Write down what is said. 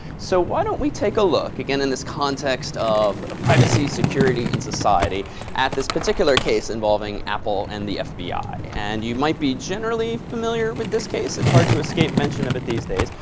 so why don't we take a look, again, in this context of privacy, security, and society at this particular case involving apple and the fbi. and you might be generally familiar with this case. it's hard to escape mention of it these days.